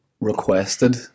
requested